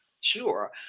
Sure